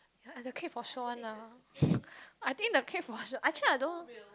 the cake for show one lah I think the cake for show actually I don't know